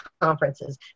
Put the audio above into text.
conferences